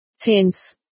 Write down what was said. hence